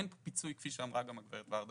כפי שאמרה גם הגב' ורדה,